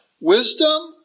Wisdom